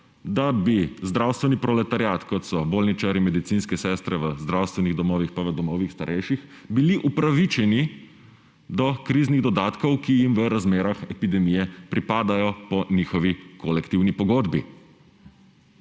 da bi zdravstveni proletariat, kot so bolničarji, medicinske sestre v zdravstvenih domovih pa v domovih starejših bili upravičeni do kriznih dodatkov, ki jim v razmerah epidemije pripadajo po njihovi kolektivni pogodbi.